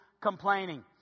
complaining